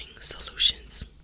solutions